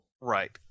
Right